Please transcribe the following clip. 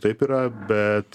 taip yra bet